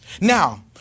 now